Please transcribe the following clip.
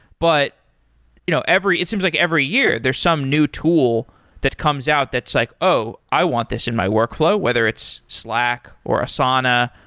but you know it seems like every year, there's some new tool that comes out that's like, oh, i want this in my workflow, whether it's slack or asana,